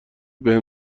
بهم